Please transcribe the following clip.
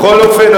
בכל אופן,